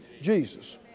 Jesus